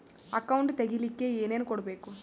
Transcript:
Account ತೆಗಿಲಿಕ್ಕೆ ಏನೇನು ಕೊಡಬೇಕು?